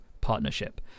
partnership